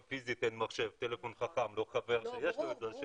פיזית אין מחשב או טלפון חכם או חבר שיש לו את זה.